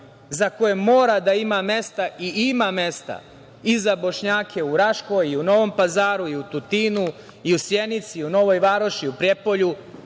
za koje mora da ima mesta, i ima mesta i za Bošnjake u Raškoj, i u Novom Pazaru, i u Tutinu, i u Sjenici, i u Novoj Varoši, i u Prijepolju,